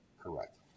Correct